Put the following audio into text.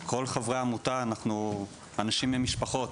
כל חברי העמותה אנחנו אנשים עם משפחות,